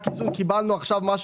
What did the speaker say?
קיבלנו עכשיו מענק איזון,